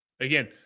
Again